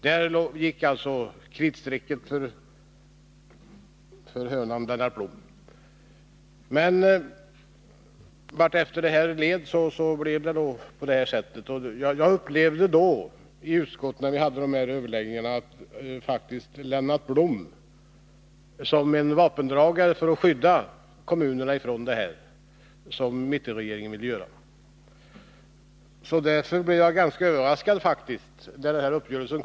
Där gick alltså kritstrecket för hönan Lennart Blom. Under överläggningarna i utskottet upplevde jag Lennart Blom som en vapendragare när det gällde att skydda kommunerna från mittenregeringens förslag. Jag blev därför ganska överraskad, när denna överenskommelse kom till stånd.